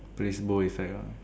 placebo effect ah